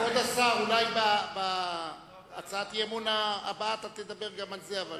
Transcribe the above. אולי בהצעת האי-אמון הבאה אתה תדבר גם על זה.